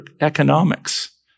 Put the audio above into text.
economics